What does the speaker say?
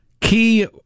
Key